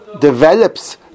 develops